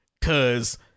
Cause